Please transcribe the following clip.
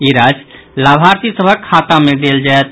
ई राशि लाभार्थी सभक खाता मे देल जायत